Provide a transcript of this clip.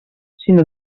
sinó